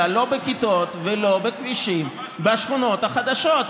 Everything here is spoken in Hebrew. לא בכבישים ולא בכבישים בשכונות החדשות.